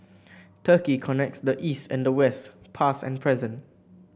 turkey connects the East and the West past and present